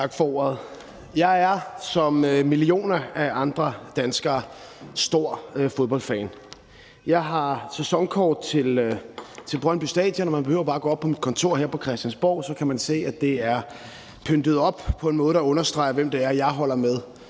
Jeg er som millioner af andre danskere stor fodboldfan. Jeg har sæsonkort til Brøndby Stadion, og man behøver bare at gå op på mit kontor her på Christiansborg, og så kan man se, at det er pyntet op på en måde, der understreger, hvem det er, jeg holder med,